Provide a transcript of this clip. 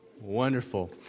Wonderful